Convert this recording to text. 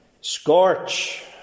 Scorch